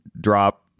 drop